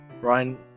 Ryan